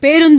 பேருந்து